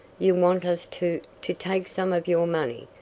you want us to to take some of your money,